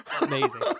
amazing